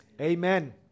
Amen